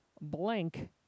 Blank